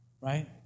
right